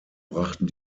brachten